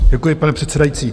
Děkuji, pane předsedající.